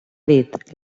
dit